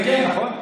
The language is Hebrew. כן, כן, נכון.